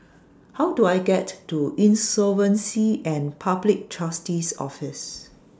How Do I get to Insolvency and Public Trustee's Office